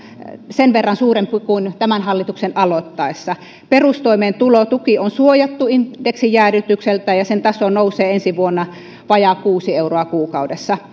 sen verran suurempi kuin tämän hallituksen aloittaessa perustoimeentulotuki on suojattu indeksijäädytykseltä ja sen taso nousee ensi vuonna vajaa kuusi euroa kuukaudessa